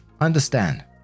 understand